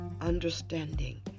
understanding